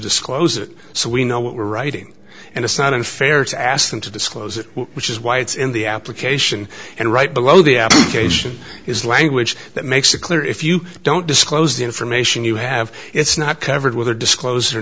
disclose it so we know what we're writing and it's not unfair to ask them to disclose it which is why it's in the application and right below the application is language that makes it clear if you don't disclose the information you have it's not covered with the disclose or